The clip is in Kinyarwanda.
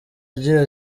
agira